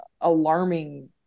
alarming